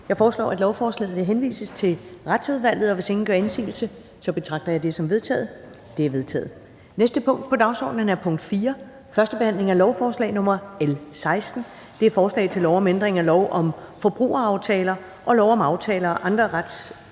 Jeg foreslår, at lovforslaget henvises til Retsudvalget. Hvis ingen gør indsigelse, betragter jeg det som vedtaget. Det er vedtaget. --- Det næste punkt på dagsordenen er: 4) 1. behandling af lovforslag nr. L 16: Forslag til lov om ændring af lov om forbrugeraftaler og lov om aftaler og andre retshandler